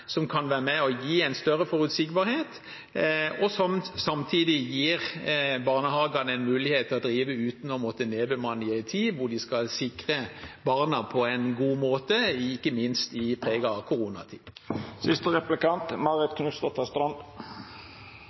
kan være med på å gi en større forutsigbarhet, og samtidig gir det barnehagene en mulighet til å drive uten å måtte nedbemanne i en tid hvor de skal sikre barna på en god måte – ikke minst i preget av